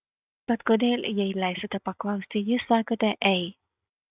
bet kodėl jei leisite paklausti jūs sakote ei